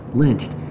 lynched